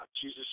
Jesus